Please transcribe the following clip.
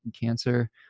cancer